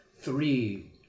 three